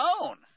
own